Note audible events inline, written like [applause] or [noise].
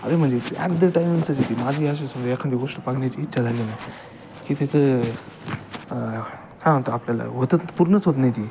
अरे म्हणजे at the time [unintelligible] माझी अशी समजा एखादी गोष्ट बघण्याची इच्छा झाली ना की तिथं काय म्हणतात आपल्याला होतत पूर्णच होत नाही ती